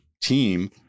team